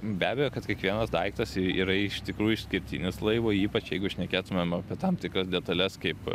be abejo kad kiekvienas daiktas yra iš tikrųjų išskirtinis laivo ypač jeigu šnekėtumėm apie tam tikras detales kaip